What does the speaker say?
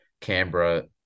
Canberra